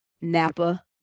Napa